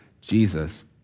Jesus